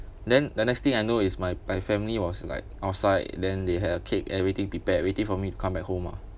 then the next thing I know is my my family was like outside then they had a cake everything prepared waiting for me to come back home ah